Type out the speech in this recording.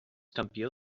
campió